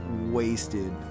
wasted